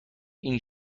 این